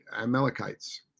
Amalekites